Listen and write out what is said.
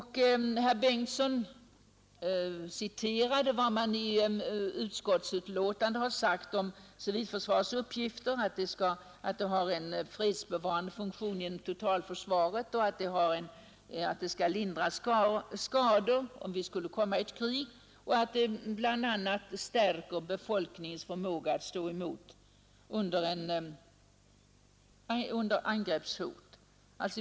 Herr Bengtsson citerade vad man i utskottsbetänkandet har sagt om civilförsvarets uppgifter — att det har en fredsbevarande funktion inom totalförsvaret, att det skall lindra skador om vi skulle komma i krig och att det bl.a. stärker befolkningens förmåga att stå emot under angreppshot.